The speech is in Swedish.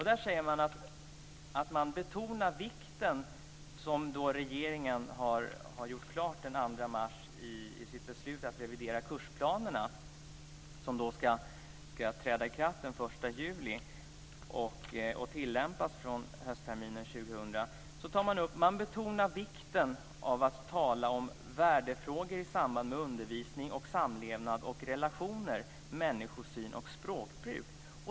Man säger att man betonar vikten av det som regeringen har gjort klart den 2 mars i sitt beslut att revidera kursplanerna som ska träda i kraft den 1 juli och tillämpas från höstterminen 2000. Man betonar vikten av att tala om värdefrågor i samband med undervisning om samlevnad och relationer, människosyn och språkbruk.